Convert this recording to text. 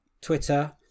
Twitter